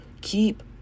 Keep